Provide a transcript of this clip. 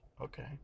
Okay